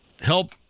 help